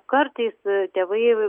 kartais tėvai